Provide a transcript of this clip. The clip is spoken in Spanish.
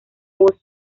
voz